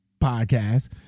podcast